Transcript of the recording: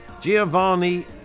Giovanni